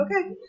Okay